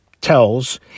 Tells